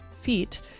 feet